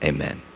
Amen